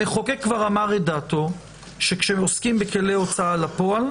המחוקק כבר אמר את דעתו שכאשר עוסקים בכלי הוצאה לפועל,